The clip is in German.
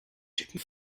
typen